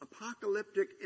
apocalyptic